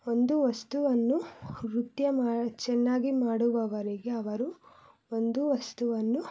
ಒಂದು ವಸ್ತುವನ್ನು ನೃತ್ಯ ಮಾ ಚೆನ್ನಾಗಿ ಮಾಡುವವರಿಗೆ ಅವರು ಒಂದು ವಸ್ತುವನ್ನು